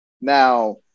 Now